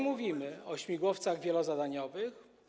Mówimy o śmigłowcach wielozadaniowych.